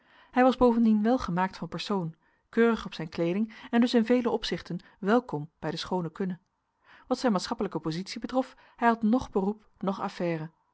hij was bovendien welgemaakt van persoon keurig op zijn kleeding en dus in vele opzichten welkom bij de schoone kunne wat zijn maatschappelijke positie betrof hij had noch beroep noch affaire